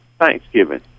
Thanksgiving